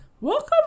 Welcome